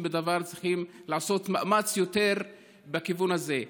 בדבר צריכים לעשות יותר מאמץ בכיוון הזה.